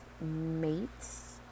mates